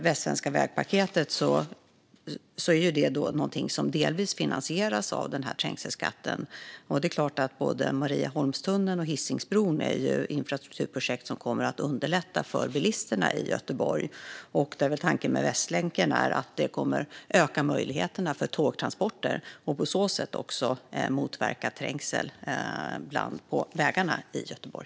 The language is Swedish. Västsvenska paketet finansieras delvis av den här trängselskatten, och det är klart att både Marieholmstunneln och Hisingsbron är infrastrukturprojekt som kommer att underlätta för bilisterna i Göteborg. Tanken med Västlänken är ju att öka möjligheterna för tågtransporter och på så sätt också motverka trängsel på vägarna i Göteborg.